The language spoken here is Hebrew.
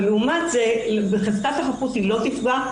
אבל לעומת זה בחזקת החפות היא לא תפגע,